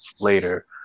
later